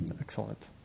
Excellent